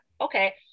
Okay